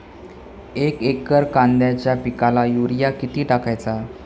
एक एकर कांद्याच्या पिकाला युरिया किती टाकायचा?